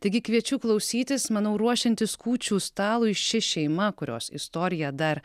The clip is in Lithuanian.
taigi kviečiu klausytis manau ruošiantis kūčių stalui ši šeima kurios istorija dar